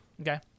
Okay